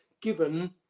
given